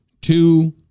two